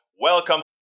welcome